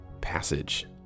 passage